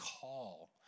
call